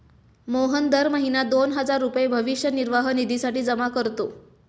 मोहन दर महीना दोन हजार रुपये भविष्य निर्वाह निधीसाठी जमा करतो